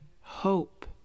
hope